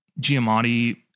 Giamatti